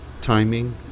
timing